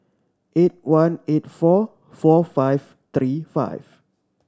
eight one eight four four five three five